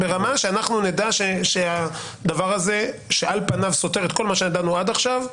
ברמה שנדע שהדבר הזה שעל פניו סותר את כל מה שידענו עד עכשיו,